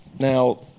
Now